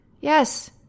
Yes